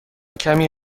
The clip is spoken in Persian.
کمی